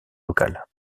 local